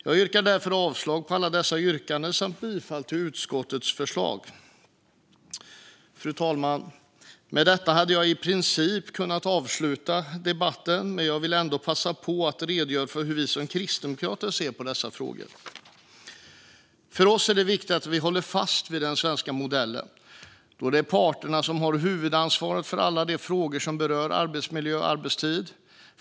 Jag yrkar därför avslag på alla dessa yrkanden och bifall till utskottets förslag. Fru talman! Med detta hade jag i princip kunnat avsluta mitt inlägg, men jag vill ändå passa på att redogöra för hur vi som kristdemokrater ser på dessa frågor. För oss är det viktigt att vi håller fast vid den svenska modellen, då det är parterna som har huvudansvaret för alla de frågor som berör arbetsmiljö och arbetstider.